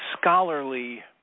scholarly